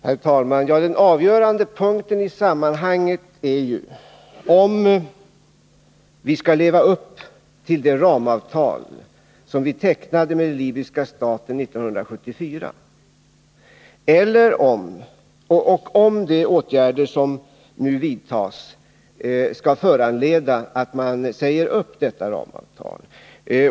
Herr talman! Den avgörande punkten i sammanhanget är ju om vi skall leva upp till det ramavtal som vi tecknade med libyska staten 1974 och om de åtgärder som nu vidtas skall föranleda att man säger upp detta ramavtal.